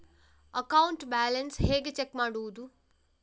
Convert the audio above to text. Account balance ಹೇಗೆ check ಮಾಡುವುದು?